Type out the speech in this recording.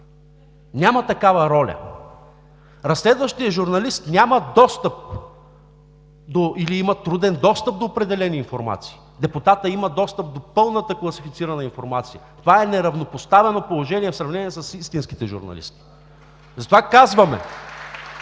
Няма такава роля! Разследващият журналист няма достъп или има труден достъп до определени информации. Депутатът има достъп до пълната класифицирана информация, това е неравнопоставено положение в сравнение с истинските журналисти. (Ръкопляскания